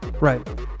Right